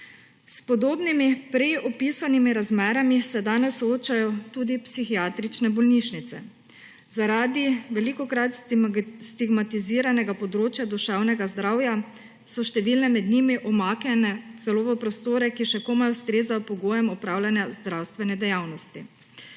S podobnimi prej opisanimi razmerami se danes soočajo tudi psihiatrične bolnišnice, zaradi velikokrat stigmatiziranega področja duševnega zdravja so številne med njimi umaknjene celo v prostore, ki še komaj ustrezajo pogojem opravljanja zdravstvene dejavnosti.